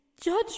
judge